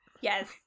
Yes